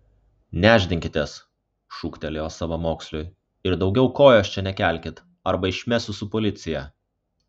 nešdinkitės šūktelėjo savamoksliui ir daugiau kojos čia nekelkit arba išmesiu su policija